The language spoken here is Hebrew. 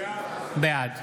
בעד